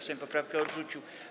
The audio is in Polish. Sejm poprawkę odrzucił.